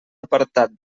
apartat